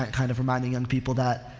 kind, kind of reminding young people that,